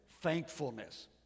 thankfulness